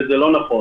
וזה לא נכון.